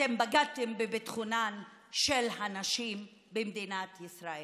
אתם בגדתם בביטחונן של הנשים במדינת ישראל.